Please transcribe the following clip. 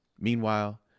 Meanwhile